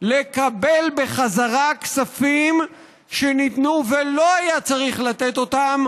לקבל בחזרה כספים שניתנו ולא היה צריך לתת אותם,